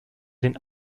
den